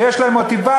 שיש להם מוטיבציה,